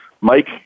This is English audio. Mike